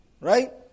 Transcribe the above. Right